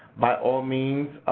by all means,